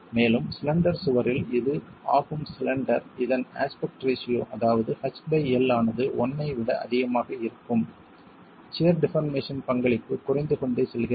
மேலும் ஸ்லெண்டெர் சுவரில் இது ஆகும் ஸ்லெண்டெர் இதன் அஸ்பெக்ட் ரேஷியோ அதாவது h பை L ஆனது 1 ஐ விட அதிகமாக இருக்கும் சியர் டிபார்மேசன் பங்களிப்பு குறைந்து கொண்டே செல்கிறது